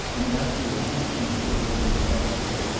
and, after a peep into the dim refectory,